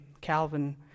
Calvin